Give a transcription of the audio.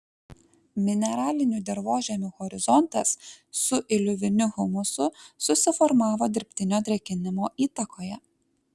mineralinių dirvožemių horizontas su iliuviniu humusu susiformavo dirbtinio drėkinimo įtakoje